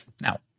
Now